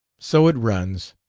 so it runs.